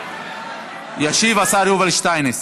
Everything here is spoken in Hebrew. ישיב השר יובל שטייניץ.